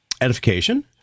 edification